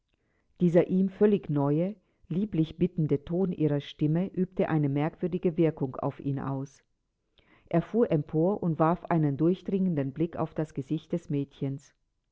dieser ihm völlig neue lieblich bittende ton ihrer stimme übte eine merkwürdige wirkung auf ihn aus er fuhr empor und warf einen durchdringenden blick auf das gesicht des mädchens